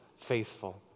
faithful